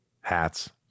hats